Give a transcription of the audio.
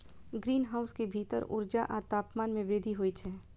greenhouse के भीतर ऊर्जा आ तापमान मे वृद्धि होइ छै